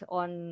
on